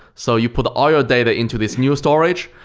so you put all your data into this new storage,